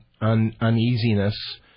uneasiness